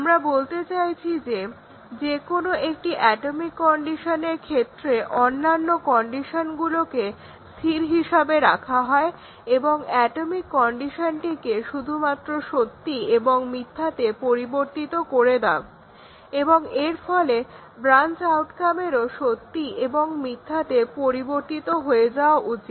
আমরা বলতে চাইছি যে যেকোনো একটি অ্যাটমিক কন্ডিশনের ক্ষেত্রে অন্যান্য কন্ডিশনগুলোকে স্থির হিসাবে রাখা হয় এবং অ্যাটমিক কন্ডিশনটিকে শুধুমাত্র সত্যি এবং মিথ্যাতে পরিবর্তিত করে দাও এবং এর ফলে ব্রাঞ্চ আউটকামেরও সত্য এবং মিথ্যাতে পরিবর্তিত হয়ে যাওয়া উচিত